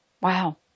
Wow